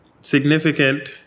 significant